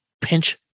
pinch